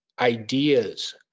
ideas